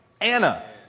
Anna